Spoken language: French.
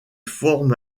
forme